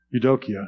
Eudokia